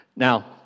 Now